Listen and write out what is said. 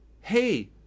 hey